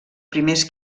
primers